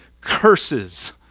curses